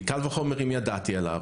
קל וחומר אם ידעתי עליו,